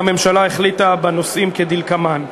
כי הממשלה החליטה בנושאים כדלקמן: